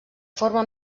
forma